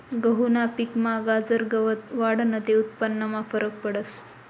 गहूना पिकमा गाजर गवत वाढनं ते उत्पन्नमा फरक पडस